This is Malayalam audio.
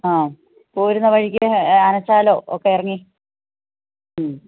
ആ പോരുന്ന വഴിക്ക് ആനച്ചാലോ ഒക്കെ ഇറങ്ങി മ്